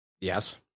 Yes